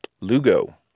Lugo